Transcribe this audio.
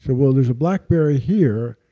so well, there's a blackberry here,